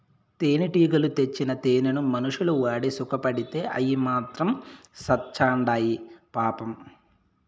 తేనెటీగలు తెచ్చిన తేనెను మనుషులు వాడి సుకపడితే అయ్యి మాత్రం సత్చాండాయి పాపం